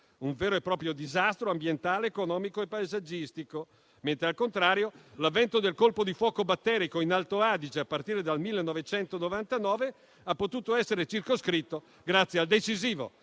un vero e proprio disastro ambientale, economico e paesaggistico. Al contrario, l'avvento del colpo di fuoco batterico in Alto Adige a partire dal 1999 ha potuto essere circoscritto grazie al decisivo